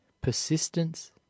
Persistence